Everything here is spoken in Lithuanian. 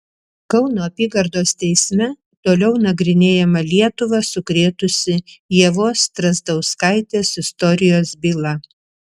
kauno apygardos teisme toliau nagrinėjama lietuvą sukrėtusį ievos strazdauskaitės istorijos byla